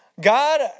God